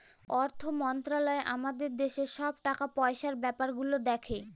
অর্থ মন্ত্রালয় আমাদের দেশের সব টাকা পয়সার ব্যাপার গুলো দেখে